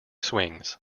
swings